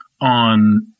on